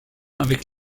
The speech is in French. avec